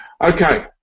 Okay